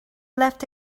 left